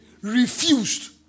refused